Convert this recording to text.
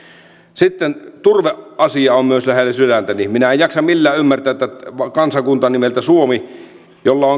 sitten myös turveasia on lähellä sydäntäni minä en jaksa millään ymmärtää että kansakunta nimeltä suomi jolla on